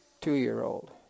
two-year-old